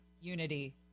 unity